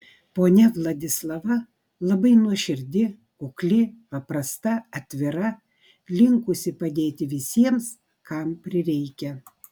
ponia vladislava labai nuoširdi kukli paprasta atvira linkusi padėti visiems kam prireikia